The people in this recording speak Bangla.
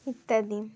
ইত্যাদি